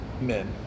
men